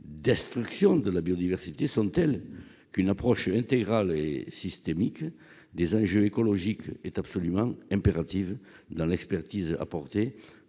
destruction de la biodiversité sont telles qu'une approche intégrale et systémique des enjeux écologiques est absolument impérative dans l'expertise apportée